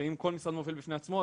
ואם כל משרד מוביל בפני עצמו,